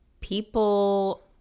people